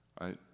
right